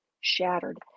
shattered